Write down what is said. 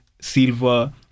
Silva